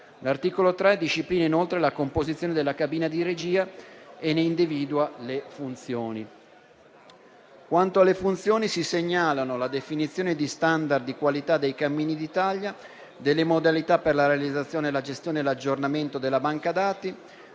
L'articolo 3 disciplina inoltre la composizione della cabina di regia e ne individua le funzioni. Quanto alle funzioni, si segnalano la definizione di *standard* di qualità dei cammini d'Italia, delle modalità per la realizzazione, la gestione e l'aggiornamento della banca dati,